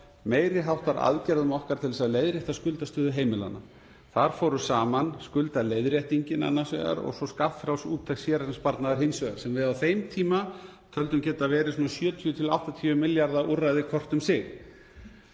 meiri háttar aðgerðum okkar til að leiðrétta skuldastöðu heimilanna. Þar fóru saman skuldaleiðréttingin annars vegar og svo skattfrjáls úttekt séreignarsparnaðar hins vegar sem við á þeim tíma töldum geta verið svona 70–80 milljarða úrræði hvort um sig.